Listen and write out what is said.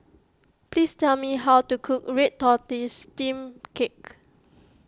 please tell me how to cook Red Tortoise Steamed Cake